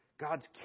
God's